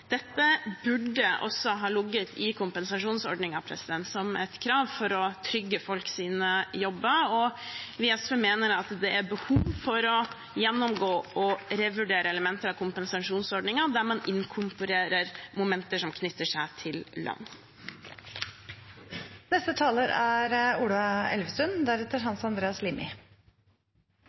Dette burde også ha ligget i kompensasjonsordningen som et krav for å trygge folks jobber, og vi i SV mener at det er behov for å gjennomgå og revurdere elementer av kompensasjonsordningen, der man inkorporerer momenter som knytter seg til lønn. Først vil jeg si at jeg er